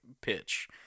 pitch